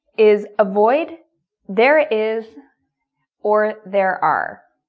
is avoid there is or there are.